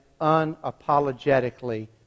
unapologetically